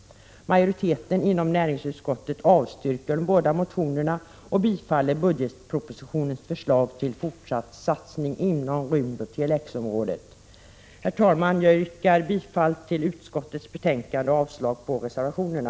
Majoriteten inom näringsutskottet avstyrker de både motionerna, och yrkar bifall till budgetpropositionens förslag till forsatt satsning inom rymdoch Tele-X-området. Herr talman! Jag yrkar bifall till utskottets hemställan och avslag på reservationerna.